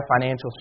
financial